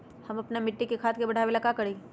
हम अपना मिट्टी में खाद के मात्रा बढ़ा वे ला का करी?